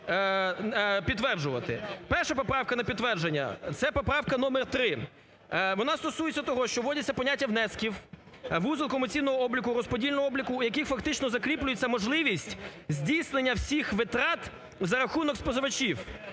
Перша поправка на підтвердження, це поправка номер 3. Вона стосується того, що вводяться поняття внесків, вузол комерційного обліку, розподільного обліку, в якій фактично закріплюється можливість здійснення всіх витрат за рахунок споживачів,